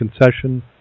concession